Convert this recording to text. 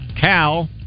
Cal